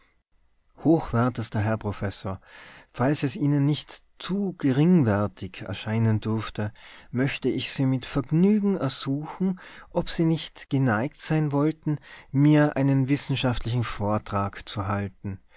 hochwertester herr professor falls es ihnen nicht zu geringwertig erscheinen dürfte möchte ich sie mit vergnügen ersuchen ob sie nicht geneigt sein wollten mir einen wissenschaftlichen vortrag zu halten